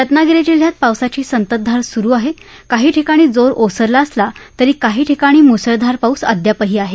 रत्नागिरी जिल्ह्यात पावसाची संतधार सुरु आहे काही ठिकाणी जोर ओसरला असला तरी काही ठिकाणी मुसळधार पाऊस अद्यापही आहे